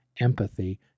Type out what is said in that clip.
empathy